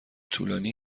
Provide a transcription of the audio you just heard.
طولانی